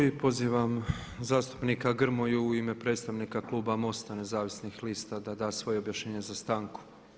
I pozivam zastupnika Grmoju u ime predstavnika kluba MOST-a Nezavisnih lista da da svoje objašnjenje za stanku.